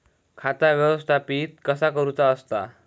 खाता व्यवस्थापित कसा करुचा असता?